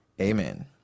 Amen